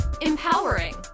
empowering